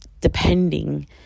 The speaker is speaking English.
depending